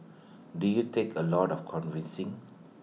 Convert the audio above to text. did you take A lot of convincing